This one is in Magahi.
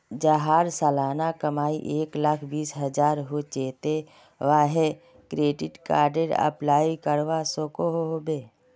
जहार सालाना कमाई एक लाख बीस हजार होचे ते वाहें क्रेडिट कार्डेर अप्लाई करवा सकोहो होबे?